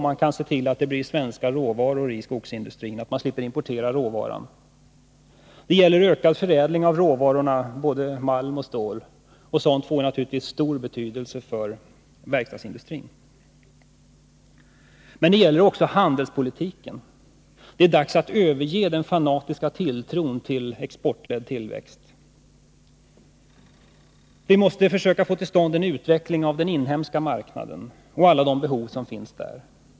Man kan se till att svenska råvaror används i skogsindustrin, att man slipper importera råvaran. Det gäller en ökad förädling av råvarorna malm och stål. Det får naturligtvis stor betydelse för verkstadsindustrin. Men det gäller också handelspolitiken. Det är dags att överge, den fanatiska tilltron till exportledd tillväxt. Vi måste försöka få til stånd en utveckling av den inhemska marknaden och alla de behov som finns där.